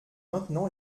maintenant